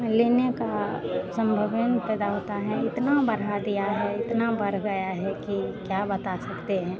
लेने का संभव ही ना पैदा होता है इतना बढ़ा दिया है इतना बढ़ गया है कि क्या बता सकते हैं